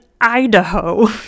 Idaho